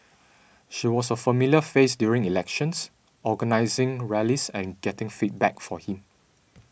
she was a familiar face during elections organising rallies and getting feedback for him